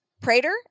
Prater